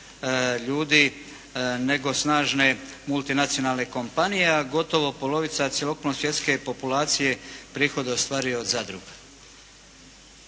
ljudi nego snažne multinacionalne kompanije a gotovo polovica cjelokupne svjetske populacije prihode ostvaruje od zadruga.